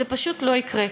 זה פשוט לא יקרה.